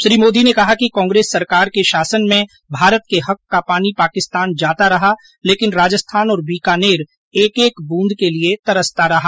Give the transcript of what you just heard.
श्री मोदी ने कहा कि कांग्रेस सरकार के शासन में भारत के हक का पानी पाकिस्तान जाता रहा लेकिन राजस्थान और बीकानेर एक एक बुंद के लिये तरसता रहा